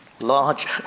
larger